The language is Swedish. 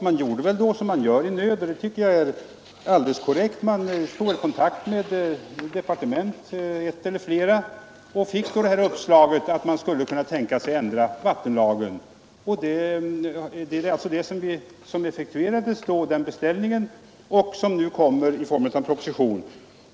Man tog då, som man gör i nöd — och det tycker jag är alldeles korrekt — kontakt med ett eller flera departement och fick uppslaget att det var tänkbart att ändra vattenlagen. Denna beställning effektuerades, och det är den som nu har tagit gestalt i form av en proposition.